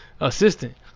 assistant